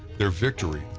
their victory,